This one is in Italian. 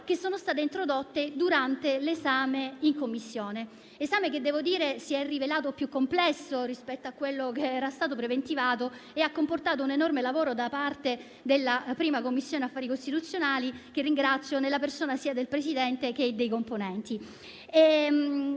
che sono state introdotte durante l'esame in Commissione, che devo dire si è rivelato più complesso rispetto a quello che era stato preventivato e che ha comportato un enorme lavoro da parte della Commissione affari costituzionali che ringrazio nella persona sia del Presidente, sia dei componenti.